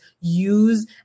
use